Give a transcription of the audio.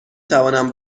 توانم